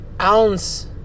ounce